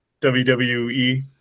WWE